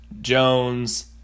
Jones